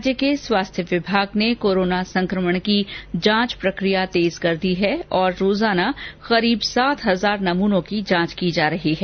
राज्य के स्वास्थ्य विभाग ने कोरोना संकमण की जांच प्रकिया तेज कर दी है और प्रतिदिन लगभग सात हजार नमूनों की जांच की जा रही है